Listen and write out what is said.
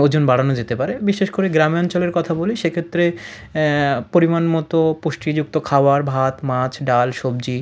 ওজন বাড়ানো যেতে পারে বিশেষ করে গ্রামে অঞ্চলের কথা বলি সেক্ষেত্রে পরিমাণমতো পুষ্টিযুক্ত খাবার ভাত মাছ ডাল সবজি